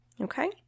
okay